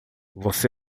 você